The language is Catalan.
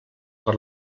per